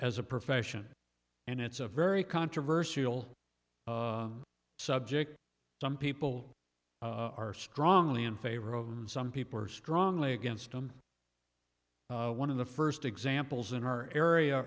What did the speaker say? as a profession and it's a very controversial subject some people are strongly in favor of and some people are strongly against i'm one of the first examples in our area